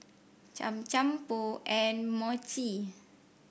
Cham Cham Pho and Mochi